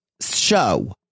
Show